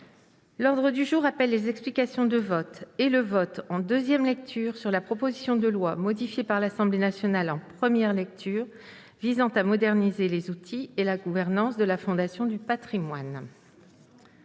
L'ordre du jour appelle les explications de vote et le vote, en deuxième lecture, sur la proposition de loi, modifiée par l'Assemblée nationale en première lecture, visant à moderniser les outils et la gouvernance de la Fondation du patrimoine